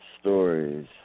stories